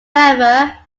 however